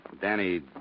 Danny